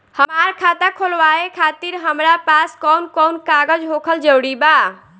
हमार खाता खोलवावे खातिर हमरा पास कऊन कऊन कागज होखल जरूरी बा?